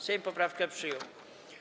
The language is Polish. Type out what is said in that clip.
Sejm poprawkę przyjął.